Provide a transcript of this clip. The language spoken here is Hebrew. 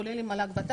כולל עם מל"ג-ות"ת,